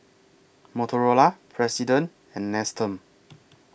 Motorola President and Nestum